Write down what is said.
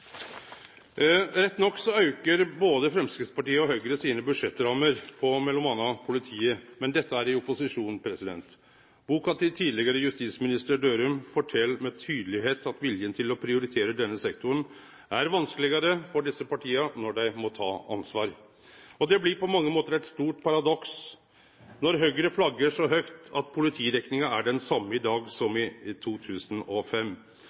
Rett nok aukar både Framstegspartiet og Høgre sine budsjettrammer til m.a. politiet. Men dette er i opposisjon. Boka til tidlegare justisminister Dørum fortel med tydelegheit at viljen til å prioritere denne sektoren er vanskelegare for desse partia når dei må ta ansvar. Det blir på mange måtar eit stort paradoks når Høgre flaggar så høgt at politidekninga er den same i dag som